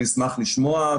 אני אשמח לשמוע,